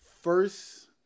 First